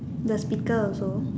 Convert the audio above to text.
the speaker also